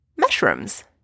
mushrooms